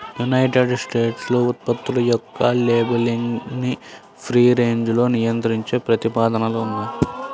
United స్టేట్స్లో ఉత్పత్తుల యొక్క లేబులింగ్ను ఫ్రీ రేంజ్గా నియంత్రించే ప్రతిపాదనలు ఉన్నాయి